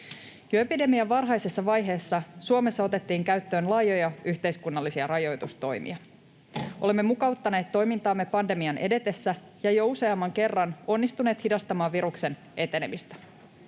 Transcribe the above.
epidemian varhaisessa vaiheessa Suomessa otettiin käyttöön laajoja yhteiskunnallisia rajoitustoimia. Olemme mukauttaneet toimintaamme pandemian edetessä ja jo useamman kerran onnistuneet hidastamaan viruksen etenemistä.